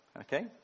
Okay